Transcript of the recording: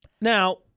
Now